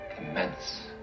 Immense